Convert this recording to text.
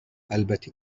البته